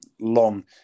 long